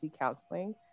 Counseling